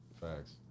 facts